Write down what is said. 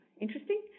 interesting